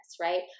right